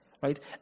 right